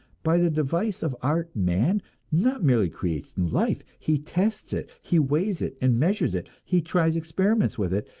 by the device of art man not merely creates new life, he tests it, he weighs it and measures it, he tries experiments with it,